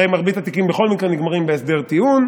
הרי מרבית התיקים בכל מקרה נגמרים בהסדר טיעון,